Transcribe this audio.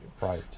Right